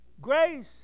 grace